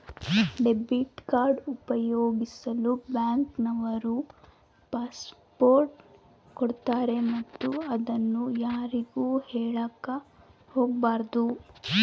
debit card ಉಪಯೋಗಿಸಲು bank ನವರು password ಕೊಡ್ತಾರೆ ಮತ್ತು ಅದನ್ನು ಯಾರಿಗೂ ಹೇಳಕ ಒಗಬಾರದು